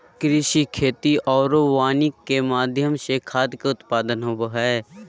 कृषि, खेती आरो वानिकी के माध्यम से खाद्य के उत्पादन होबो हइ